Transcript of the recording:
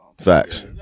Facts